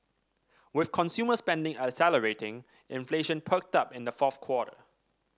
with consumer spending accelerating inflation perked up in the fourth quarter